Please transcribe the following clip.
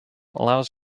allows